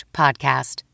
podcast